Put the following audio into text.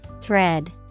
Thread